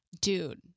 dude